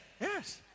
yes